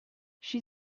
she